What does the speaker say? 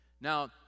Now